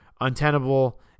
untenable